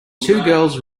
girls